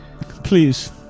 Please